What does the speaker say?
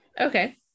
Okay